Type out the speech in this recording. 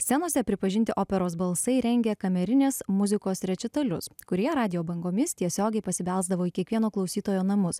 scenose pripažinti operos balsai rengė kamerinės muzikos rečitalius kurie radijo bangomis tiesiogiai pasibelsdavo į kiekvieno klausytojo namus